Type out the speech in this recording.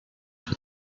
with